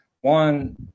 One